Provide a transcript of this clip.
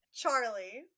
charlie